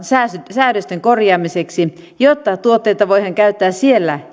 säädösten korjaamiseksi jotta tuotteita voidaan käyttää siellä